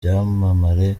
byamamare